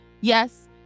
Yes